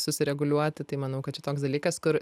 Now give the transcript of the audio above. susireguliuoti tai manau kad čia toks dalykas kur